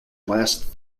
last